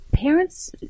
Parents